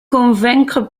convaincre